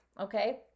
okay